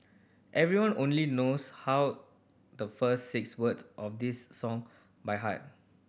everyone only knows how the first six words of this song by heart